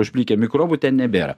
užplikė mikrobų ten nebėra